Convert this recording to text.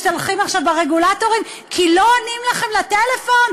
משתלחים עכשיו ברגולטורים כי לא עונים לכם לטלפון?